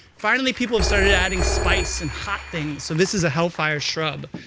finally, people have started adding spice and hot things, this is a hellfire shrub.